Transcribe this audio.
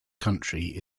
country